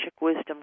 Wisdom